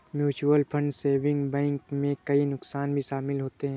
mutual saving bank में कई नुकसान भी शमिल होते है